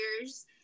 years